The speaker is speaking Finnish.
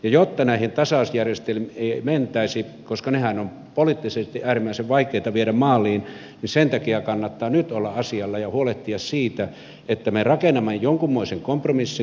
jotta näihin tasausjärjestelmiin ei mentäisi koska nehän ovat poliittisesti äärimmäisen vaikeita viedä maaliin niin sen takia kannattaa nyt olla asialla ja huolehtia siitä että me rakennamme jonkunmoisen kompromissin toimitusvarmuuteen